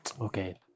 Okay